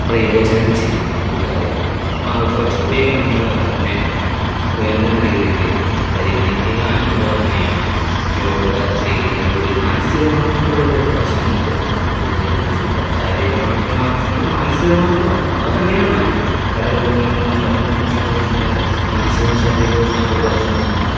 പ്രയോജനം ചെയ്യുന്ന ഒരു കാര്യമാണ് അപ്പം അത് കുറച്ചു കൂടിയൊക്കെ നമ്മൾ അതിനെ വേണ്ടുന്ന രീതിക്ക് പരിഗണിക്കുക എന്നുള്ളത് തന്നെയാണ് യോഗ ചെയ്യുന്നതില്കൂ ടി മാനസികമായിട്ടുള്ള ഒരു വളര്ച്ച നമ്മൾക്ക് യോഗ ചെയ്യുന്നതില് കൂടിയുണ്ടാകും ശാരീരികമായിട്ടുള്ള മാറ്റങ്ങളും മാനസികമായിട്ടുള്ള മാറ്റങ്ങളും അത് തന്നെയാണ് നമ്മുടെ പല രോഗങ്ങള്ക്കുമുള്ള മരുന്നെന്ന് പറയുന്നത് നമ്മുടെ മാനസികവും ശാരീരികവുമായിട്ടുള്ള പ്രശ്നങ്ങൾ തന്നെയാണ്